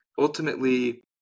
ultimately